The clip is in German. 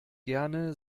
gerne